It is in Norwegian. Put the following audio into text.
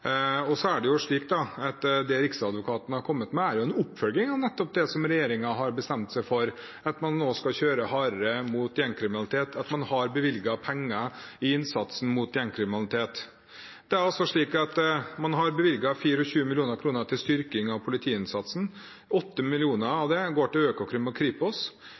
Så er det slik at det Riksadvokaten har kommet med, er en oppfølging av nettopp det regjeringen har bestemt seg for, at man nå skal kjøre hardere mot gjengkriminalitet, at man har bevilget penger til innsatsen mot gjengkriminalitet. Man har altså bevilget 24 mill. kr til styrking av politiinnsatsen. 8 mill. kr av det går til Økokrim og Kripos, og